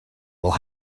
will